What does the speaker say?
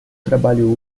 trabalho